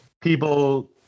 people